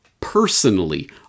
personally